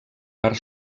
part